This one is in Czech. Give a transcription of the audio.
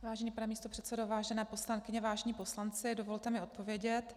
Vážený pane místopředsedo, vážená poslankyně, vážení poslanci, dovolte mi odpovědět.